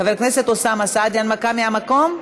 חבר הכנסת אוסאמה סעדי, הנמקה מהמקום?